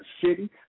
City